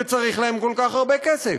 שצריך להן כל כך הרבה כסף.